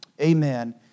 amen